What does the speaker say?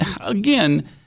again